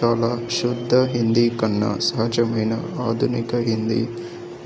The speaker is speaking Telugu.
చాలా శుద్ధ హిందీ కన్నా సహజమైన ఆధునిక హిందీ